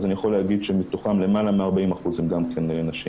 אז אני יכול להגיד שמתוכם למעלה מ-40% הן נשים.